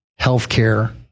healthcare